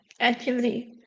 activity